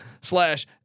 slash